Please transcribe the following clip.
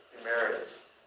Emeritus